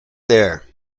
there